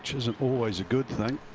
isn't always a good thing.